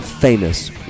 famous